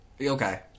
Okay